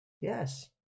Yes